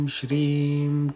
Shrim